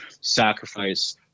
sacrifice